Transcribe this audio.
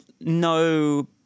no